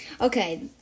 Okay